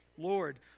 Lord